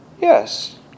Yes